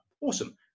awesome